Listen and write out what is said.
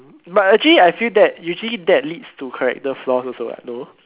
but actually I feel that usually that leads to character flaws what no